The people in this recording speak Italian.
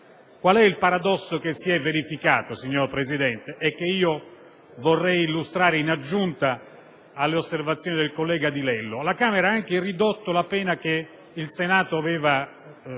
Qual è il paradosso che si è verificato, signor Presidente, e che vorrei illustrare, in aggiunta alle osservazioni del collega Di Lello Finuoli? La Camera ha ridotto la pena che il Senato aveva